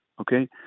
okay